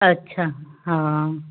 अच्छा हा